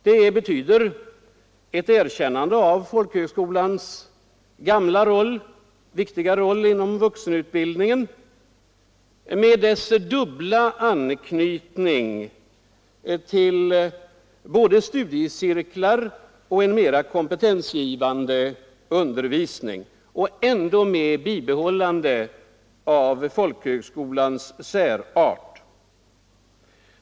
Det betyder ett erkännande av folkhögskolans gamla, viktiga roll inom vuxenutbildningen med dess dubbla anknytning — till både studiecirklar och en mera kompetensgivande undervisning med samtidigt bibehållande av folkhögskolans särart.